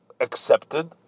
accepted